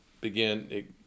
begin